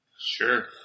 Sure